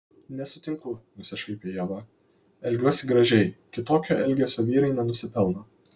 nesutinku nusišaipė ieva elgiuosi gražiai kitokio elgesio vyrai nenusipelno